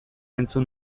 entzun